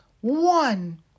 one